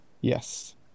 Yes